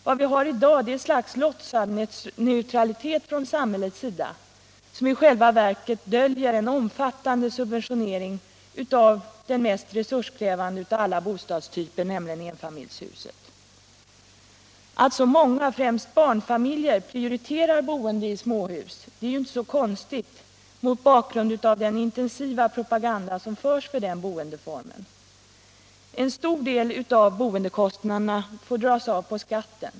Vad vi har i dag är ett slags låtsad neutralitet från samhällets sida som i själva verket döljer en omfattande subventionering av den mest resurskrävande av alla bostadstyper, nämligen enfamiljshuset. Att så många — främst barnfamiljer — prioriterar boende i småhus är inte så konstigt mot bakgrund av den intensiva propaganda som förs för den boendeformen. En stor del av boendekostnaderna får dras av på skatten.